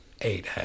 eight